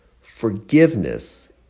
Forgiveness